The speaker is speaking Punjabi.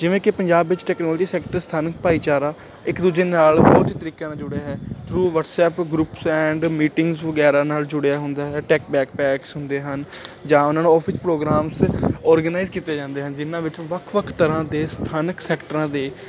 ਜਿਵੇਂ ਕਿ ਪੰਜਾਬ ਵਿੱਚ ਟੈਕਨੋਲੋਜੀ ਸੈਕਟਰ ਸਥਾਨਕ ਭਾਈਚਾਰਾ ਇੱਕ ਦੂਜੇ ਨਾਲ ਬਹੁਤ ਹੀ ਤਰੀਕੇ ਨਾਲ ਜੁੜਿਆ ਹੈ through WhatsApp groups and meetings ਵਗੈਰਾ ਨਾਲ ਜੁੜਿਆ ਹੁੰਦਾ ਹੈ ਟੈਕ ਬੈਗ ਪੈਕਸ ਹੁੰਦੇ ਹਨ ਜਾਂ ਉਹਨਾਂ ਨੂੰ ਆਫਿਸ ਪ੍ਰੋਗਰਾਮਸ ਔਰਗਨਾਈਜ਼ ਕੀਤੇ ਜਾਂਦੇ ਹਨ ਜਿੰਨਾਂ ਵਿੱਚੋਂ ਵੱਖ ਵੱਖ ਤਰ੍ਹਾਂ ਦੇ ਸਥਾਨਕ ਸੈਕਟਰਾਂ ਦੇ